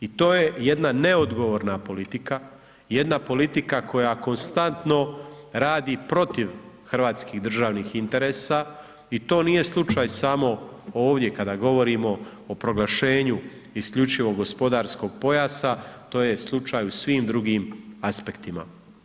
I to je jedna neodgovorna politika, jedna politika koja konstantno radi protiv hrvatskih državnih interesa i to nije slučaj samo ovdje kada govorimo o proglašenju isključivog gospodarskog pojasa, to je slučaj u svim drugim aspektima.